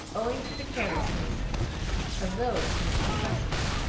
owing to the carelessness of those whom she trusted.